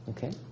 Okay